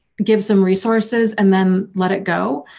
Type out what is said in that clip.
give some resources and then let it go.